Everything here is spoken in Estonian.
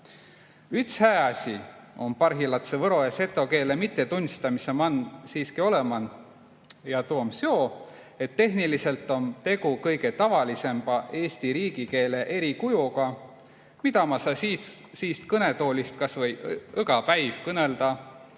Üts hää asi on parhillatsõ võro ja seto keele mitte tunnistamise man siiski olõman ja tuu om seo, et tehniliselt om tegu kõige tavalisemba eesti riigikeele erikujoga, mida massa siist kõnetoolist kas või õga päiv kõnõlda